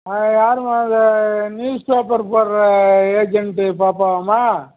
hello யாரும்மா இது newspaper போடுற ஏஜென்டு பாப்பாவாம்மா